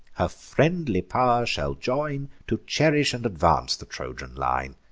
her friendly pow'r shall join, to cherish and advance the trojan line.